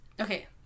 Okay